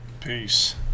Peace